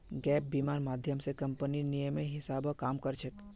gap बीमा र माध्यम स कम्पनीर नियमेर हिसा ब काम कर छेक